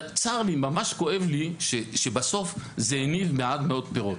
צר לי, ממש כואב לי שבסוף זה הניב מעט מאוד פירות.